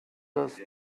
dass